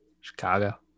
Chicago